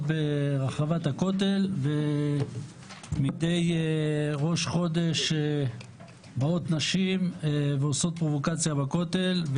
ברחבת הכותל ומדי ראש חודש באות נשים ועושות פרובוקציה בכותל.